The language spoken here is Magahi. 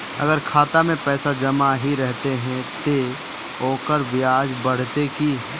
अगर खाता में पैसा जमा ही रहते ते ओकर ब्याज बढ़ते की?